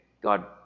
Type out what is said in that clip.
God